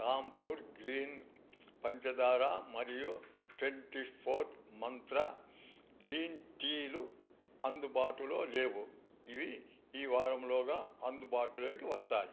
Dhampur green పంచదార మరియు twenty four Mantra green టీలు అందుబాటులో లేవు ఇవి ఈ వారంలోగా అందుబాటులోకి వస్తాయి